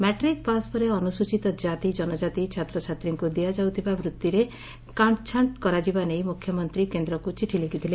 matric pass ପରେ ଅନୁସ୍ଟିତ କାତି କନକାତି ଛାତ୍ରଛାତ୍ରୀଙ୍କୁ ଦିଆଯାଉଥିବା ବୃତିରେ କାଷ୍ଛାଣ୍ଷ୍ କରାଯିବା ନେଇ ମୁଖ୍ୟମନ୍ତୀ କେନ୍ଦ୍ରକୁ ଚିଠି ଲେଖିଥିଲେ